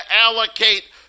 allocate